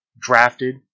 Drafted